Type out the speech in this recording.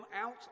out